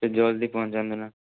ଟିକେ ଜଲ୍ଦି ପହଞ୍ଚାନ୍ତୁ ନା